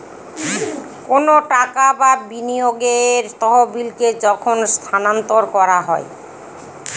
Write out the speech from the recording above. কোনো টাকা বা বিনিয়োগের তহবিলকে যখন স্থানান্তর করা হয়